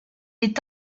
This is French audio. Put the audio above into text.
est